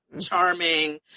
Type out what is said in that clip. charming